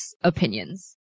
opinions